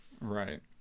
right